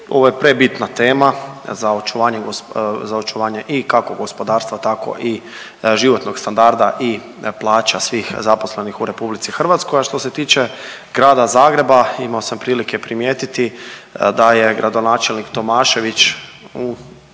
ovo je prebitna teme za očuvanja, za očuvanje i kako gospodarstva tako i životnog standarda i plaća svih zaposlenih u RH, a što se tiče Grada Zagreba imao sam prilike primijetiti da je gradonačelnik Tomašević u nekad svoje